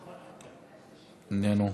איננו,